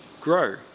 grow